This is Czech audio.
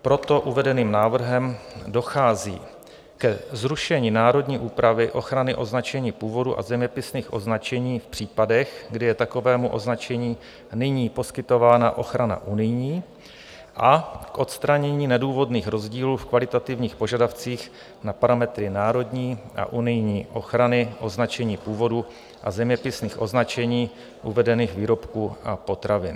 Proto uvedeným návrhem dochází ke zrušení národní úpravy ochrany označení původu a zeměpisných označení v případech, kdy je takovému označení nyní poskytována ochrana unijní, a k odstranění nedůvodných rozdílů v kvalitativních požadavcích na parametry národní a unijní ochrany označení původu a zeměpisných označení uvedených výrobků a potravin.